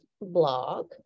blog